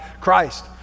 christ